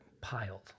piled